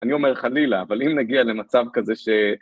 אני אומר חלילה, אבל אם נגיע למצב כזה ש...